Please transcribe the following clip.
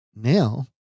now